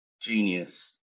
genius